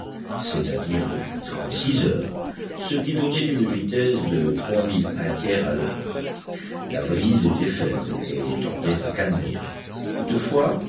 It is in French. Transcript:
c'est-àdire depuis trente-six heures ce qui donnait une vitesse de trois milles un tiers à l'heure la brise était faible et tendait à calmir toutefois